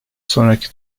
sonraki